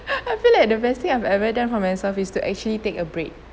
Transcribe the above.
I feel like the best thing I've ever done for myself is to actually take a break